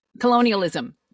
colonialism